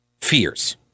Fears